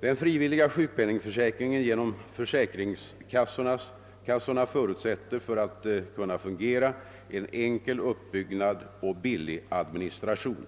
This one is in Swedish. Den frivilliga sjukpenningförsäkringen genom försäkringskassorna förutsätter för att kunna fungera en enkel uppbyggnad och billig administration.